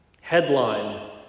Headline